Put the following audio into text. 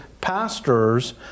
pastors